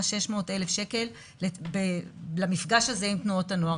600,000 שקל למפגש הזה עם תנועות הנוער.